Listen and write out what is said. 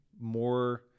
more